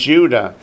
Judah